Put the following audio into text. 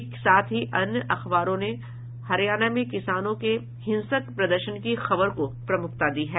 एक साथ ही अन्य अखबारों ने हरियाण में किसानों के हिसंक प्रदर्शन की खबर को प्रमूखता दी है